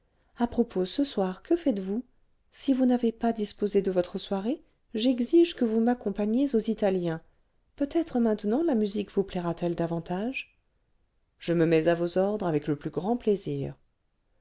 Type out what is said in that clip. à propos ce soir que faites-vous si vous n'avez pas disposé de votre soirée j'exige que vous m'accompagniez aux italiens peut-être maintenant la musique vous plaira t elle davantage je me mets à vos ordres avec le plus grand plaisir